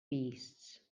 beasts